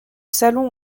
salons